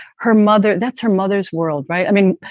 her mother, that's her mother's world. right. i mean,